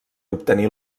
obtenir